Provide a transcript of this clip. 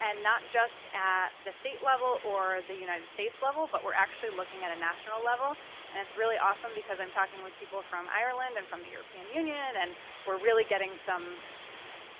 and not just at the state level or the united states level, but we're actually looking at a national level and it's really awesome because i'm talking with people from ireland and from the european union and we're really getting some